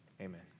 amen